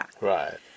Right